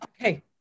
Okay